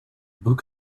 book